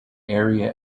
area